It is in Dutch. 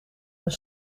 een